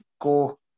go